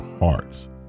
hearts